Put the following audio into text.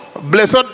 Blessed